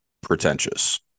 pretentious